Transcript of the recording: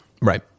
right